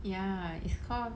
ya it's called